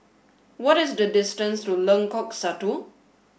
what is the distance to Lengkok Satu